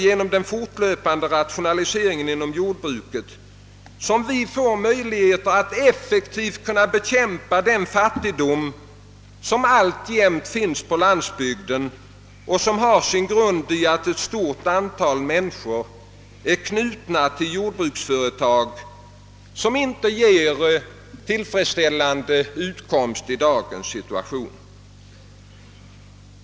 Genom den fortlöpande rationaliseringen inom jordbruket får vi också möjlighet att effektivt bekämpa den fattigdom som alltjämt finns på landsbygden och som beror på att ett stort antal människor är knutna till företag som inte ger tillfredsställande utkomstmöjligheter i dagens situation.